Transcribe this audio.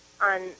on